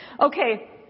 Okay